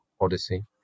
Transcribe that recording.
Odyssey